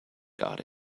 got